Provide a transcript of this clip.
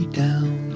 down